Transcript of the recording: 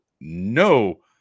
no